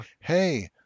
hey